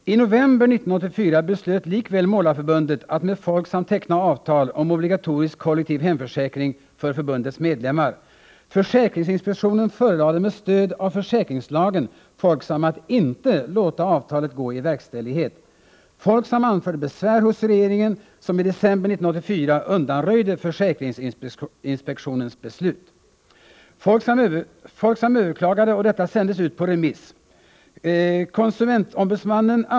I november 1984 beslöt likväl Målareförbundet att med Folksam teckna avtal om obligatorisk kollektiv hemförsäkring för förbundets medlemmar. Försäkringsinspektionen förelade med stöd av försäkringslagen Folksam att inte låta avtalet gå i verkställighet. Folksam anförde besvär hos regeringen, som i december 1984 undanröjde försäkringsinspektionens beslut. Folksams överklagande sändes ut på remiss.